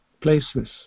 places